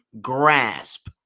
grasp